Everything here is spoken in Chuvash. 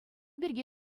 пирки